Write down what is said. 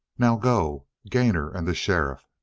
now go. gainor and the sheriff.